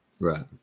Right